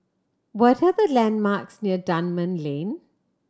what are the landmarks near Dunman Lane